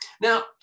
Now